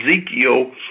Ezekiel